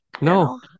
No